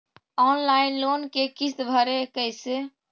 Online loan के किस्त कैसे भरे?